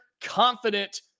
confident